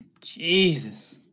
Jesus